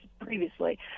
previously